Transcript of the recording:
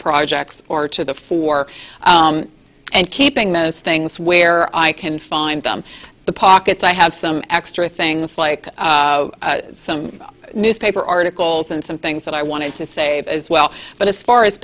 projects or to the fore and keeping those things where i can find them the pockets i have some extra things like some newspaper articles and some things that i wanted to save as well but as far as